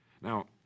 Now